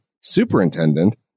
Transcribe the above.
Superintendent